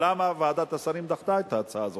למה ועדת השרים דחתה את ההצעה הזאת.